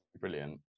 brilliant